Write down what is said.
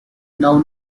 now